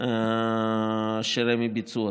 שרמ"י ביצעו.